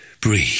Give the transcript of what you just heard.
breathe